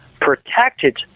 protected